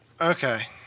Okay